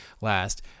last